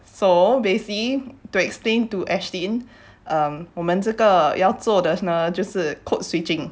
so basically to explain to ashlynn erm 我们这个要做的呢就是 codeswitching